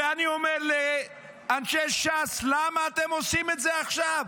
ואני אומר לאנשי ש"ס: למה אתם עושים את זה עכשיו?